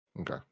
Okay